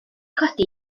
codi